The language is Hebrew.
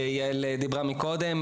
שיעל דיברה מקודם,